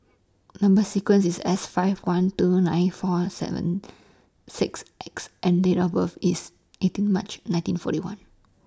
Number sequence IS S five one two nine four seven six X and Date of birth IS eighteen March nineteen forty one